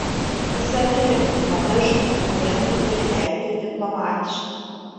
jis akimirksniu pamiršo kad su princu turi elgtis diplomatiškai